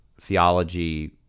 theology